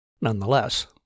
Nonetheless